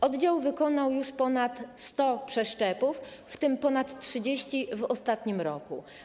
Oddział wykonał już ponad 100 przeszczepów, w tym ponad 30 w ostatnim roku.